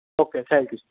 okay thank you sir